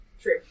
True